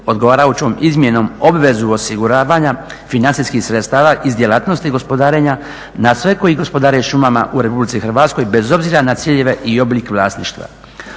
odgovarajućom izmjenom obvezu osiguravanja financijskih sredstava iz djelatnosti gospodarenja na sve koji gospodare šumama u Republici Hrvatskoj bez obzira na ciljeve i oblik vlasništva.